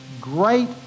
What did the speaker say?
great